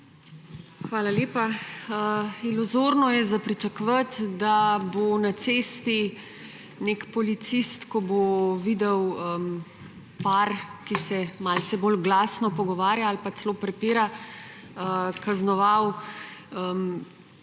Hvala lepa. Iluzorno je za pričakovati, da bo na cesti nek policist, ko bo videl par, ki se malce glasno pogovarja ali pa celo prepira, kaznoval